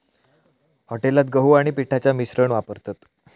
हॉटेलात गहू आणि पिठाचा मिश्रण वापरतत